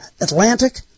atlantic